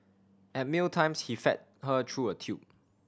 at meal times he fed her through a tube